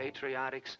patriotics